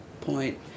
point